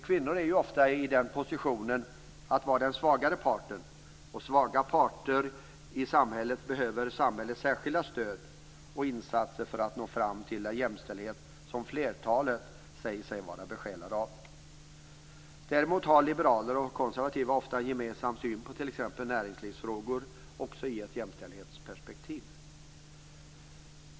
Kvinnor är ofta i den positionen att de är den svagare parten, och svaga parter i samhället behöver samhällets särskilda stöd och insatser för att nå fram till den jämställdhet som flertalet säger sig vara besjälade av. Däremot har liberaler och konservativa ofta en gemensam syn på t.ex. näringslivsfrågor också i ett jämställdhetsperspektiv.